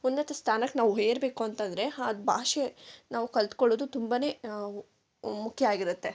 ಉನ್ನತ ಸ್ಥಾನಕ್ಕೆ ನಾವು ಹೇರಬೇಕು ಅಂತಂದರೆ ಆ ಭಾಷೆ ನಾವು ಕಲ್ತ್ಕೊಳ್ಳೋದು ತುಂಬನೇ ಮುಖ್ಯ ಆಗಿರುತ್ತೆ